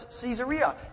Caesarea